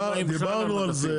דיברנו על זה,